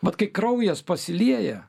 vat kai kraujas pasilieja